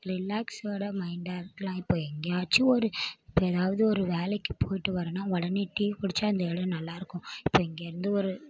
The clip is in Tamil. ரிளாக்ஸ்ஸோடு மைண்டாக இருக்கலாம் இப்போ எங்கேயாச்சும் ஒரு இப்போ எதாவது ஒரு வேலைக்கு போய்விட்டு வரனால் உடனே டீ குடித்தா இந்த இடம் நல்லாயிருக்கும் இப்போ இங்கேருந்து ஒரு